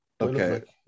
okay